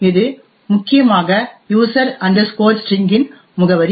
இது முக்கியமாக user string இன் user string முகவரி